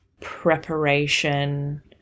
preparation